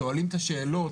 שואלים את השאלות.